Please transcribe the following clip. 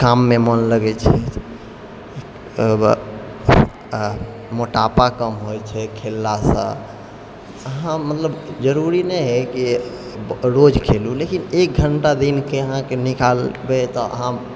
काममे मोन लगै छै मोटापा कम होइ छै खेललासँ हँ जरूरी नहि है की रोज खेलू लेकिन एक घंटा दिनके अहाँके निकालबै तऽ अहाँ